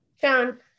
John